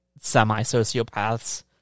semi-sociopaths